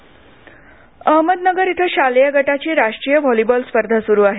volleyball Ahmednagar इथं शालेयगटाची राष्ट्रीय व्हॉलीबॉल स्पर्धा सुरु आहे